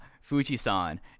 fuji-san